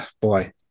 boy